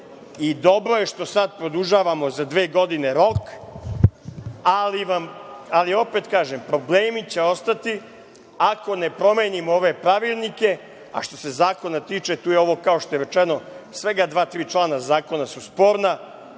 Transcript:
i dobro je što sad produžavamo za dve godine rok, ali, opet kažem, problemi će ostati, ako ne promenimo ove pravilnike. A, što se zakona tiče, tu je ovo kao što je rečeno, svega dva-tri člana Zakona su sporna,